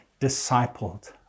discipled